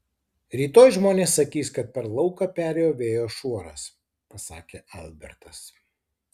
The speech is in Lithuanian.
rytoj žmonės sakys kad per lauką perėjo vėjo šuoras pasakė albertas